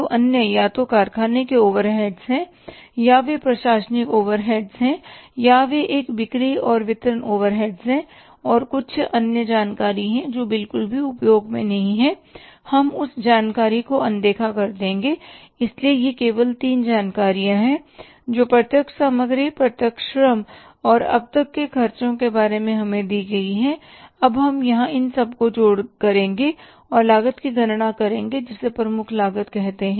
तो अन्य या तो कारखाने के ओवरहेड्स हैं या वे प्रशासनिक ओवरहेड्स हैं या वे एक बिक्री और वितरण ओवरहेड हैं और कुछ अन्य जानकारी है जो बिल्कुल भी उपयोग में नहीं है हम उस जानकारी को अनदेखा कर देंगे इसलिए ये केवल तीन जानकारियाँ हैं जो प्रत्यक्ष सामग्री प्रत्यक्ष श्रम और अब तक के खर्चों के बारे में हमें दी गई हैं अब हम यहां इन सब का जोड़ करेंगे और लागत की गणना करेंगे जिसे प्रमुख लागत कहते हैं